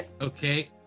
Okay